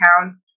town